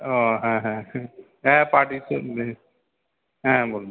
ও হ্যাঁ হ্যাঁ হ্যাঁ হ্যাঁ পাঠিয়েছেন দে হ্যাঁ বলুন